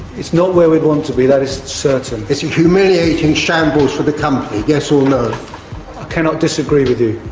it's not where we'd want to be, that is certain. it's a humiliating shambles for the company yes or no? i cannot disagree with you.